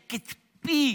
חושק את פי